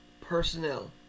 personnel